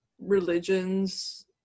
religions